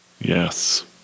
Yes